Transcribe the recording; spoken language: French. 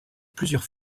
plusieurs